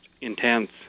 intense